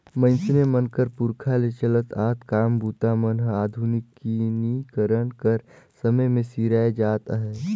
मइनसे मन कर पुरखा ले चलत आत काम बूता मन हर आधुनिकीकरन कर समे मे सिराए जात अहे